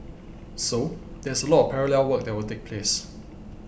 so there's a lot of parallel work that will take place